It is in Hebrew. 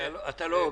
אתה לא הוגן.